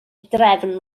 drefn